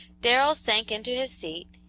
darrell sank into his seat,